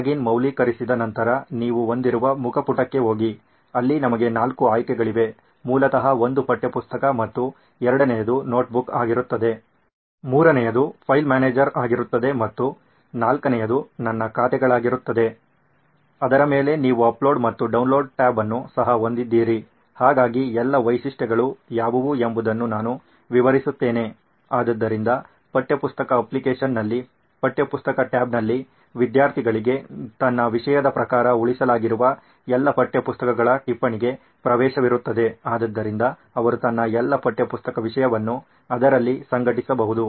login ಮೌಲ್ಯೀಕರಿಸಿದ ನಂತರ ನೀವು ಹೊಂದಿರುವ ಮುಖಪುಟಕ್ಕೆ ಹೋಗಿ ಅಲ್ಲಿ ನಮಗೆ ನಾಲ್ಕು ಆಯ್ಕೆಗಳಿವೆ ಮೂಲತಃ ಒಂದು ಪಠ್ಯಪುಸ್ತಕ ಮತ್ತು ಎರಡನೆಯದು ನೋಟ್ಬುಕ್ ಆಗಿರುತ್ತದೆ ಮೂರನೆಯದು ಫೈಲ್ ಮ್ಯಾನೇಜರ್ ಆಗಿರುತ್ತದೆ ಮತ್ತು ನಾಲ್ಕನೆಯದು ನನ್ನ ಖಾತೆಗಳಾಗಿರುತ್ತದೆ ಅದರ ಮೇಲೆ ನೀವು ಅಪ್ಲೋಡ್ ಮತ್ತು ಡೌನ್ಲೋಡ್ ಟ್ಯಾಬ್ ಅನ್ನು ಸಹ ಹೊಂದಿದ್ದೀರಿ ಹಾಗಾಗಿ ಎಲ್ಲ ವೈಶಿಷ್ಟ್ಯಗಳು ಯಾವುವು ಎಂಬುದನ್ನು ನಾನು ವಿವರಿಸುತ್ತೇನೆ ಆದ್ದರಿಂದ ಪಠ್ಯಪುಸ್ತಕ ಅಪ್ಲಿಕೇಶನ್ನಲ್ಲಿ ಪಠ್ಯಪುಸ್ತಕ ಟ್ಯಾಬ್ನಲ್ಲಿ ವಿದ್ಯಾರ್ಥಿಗಳಿಗೆ ತನ್ನ ವಿಷಯದ ಪ್ರಕಾರ ಉಳಿಸಲಾಗಿರುವ ಎಲ್ಲಾ ಪಠ್ಯಪುಸ್ತಕಗಳ ಪಟ್ಟಿಗೆ ಪ್ರವೇಶವಿರುತ್ತದೆ ಆದ್ದರಿಂದ ಅವರು ತನ್ನ ಎಲ್ಲಾ ಪಠ್ಯಪುಸ್ತಕ ವಿಷಯವನ್ನು ಅದರಲ್ಲಿ ಸಂಘಟಿಸಬಹುದು